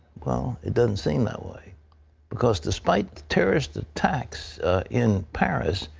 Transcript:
well, it doesn't seem that way because despite terrorist attacks in paris,